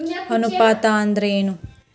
ಅನುಪಾತ ಅಂದ್ರ ಏನ್?